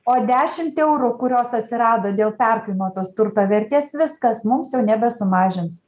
o dešimt eurų kurios atsirado dėl perkainotos turto vertės viskas mums jau nebesumažins